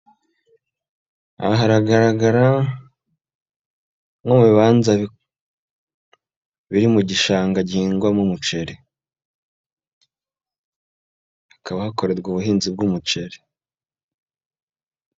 Haragaragara nk'ibibanza biri mu gishanga cy'umuceri. Hakaba hakorerwa ubuhinzi bw'umuceri.